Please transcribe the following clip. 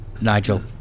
Nigel